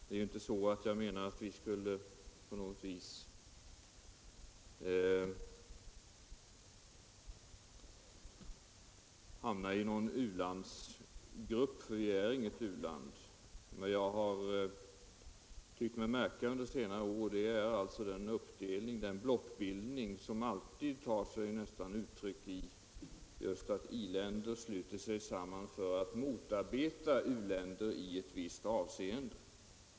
Jag menar inte att vi skulle på något sätt hamna i u-landsgruppen, för Sverige är inget u-land, men jag har tyckt mig märka under senare år en uppdelning, en blockbildning som nästan alltid tar sig uttryck i att i-länder sluter sig samman för att motarbeta u-länder i ett visst avseende.